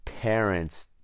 parents